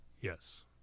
Yes